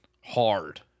Hard